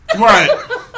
Right